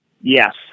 Yes